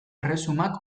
erresumak